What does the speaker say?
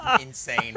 insane